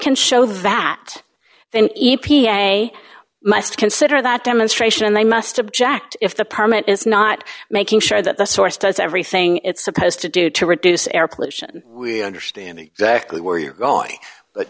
can show that then e p a must consider that demonstration and they must object if the permit is not making sure that the source does everything it's supposed to do to reduce air pollution we understand exactly where you're going